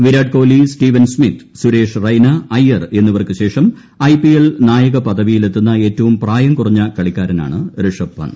Virat Kohli Steven Smith Suresh Raina Iyer എന്നിവർക്ക് ശേഷം IPL നായക പദവിയിലെത്തുന്ന ഏറ്റവും പ്രായം കുറഞ്ഞ കളിക്കാരനാണ് ഋഷഭ് പന്ത്